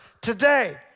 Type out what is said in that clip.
today